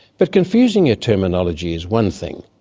but confusing a terminology is one thing,